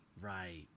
right